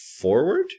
forward